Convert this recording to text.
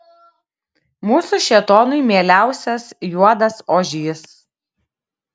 mūsų šėtonui mieliausias juodas ožys